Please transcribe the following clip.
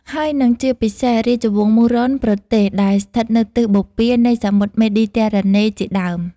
ហើយនិងជាពិសេសរាជវង្សមូរុណ្ឌប្រទេសដែលស្ថិតនៅទិសបូព៌ានៃ សមុទ្រ មេឌីទែរ៉ាណេជាដើម។